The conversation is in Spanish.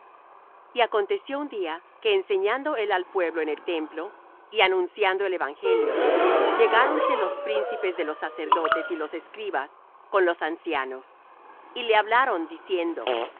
y acontecio un día que enseñando él al pueblo en el templo y anunciando el evangelio llegáronse los príncipes de los sacerdotes y los escribas con los ancianos y le hablaron diciendo